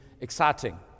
exciting